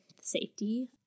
safety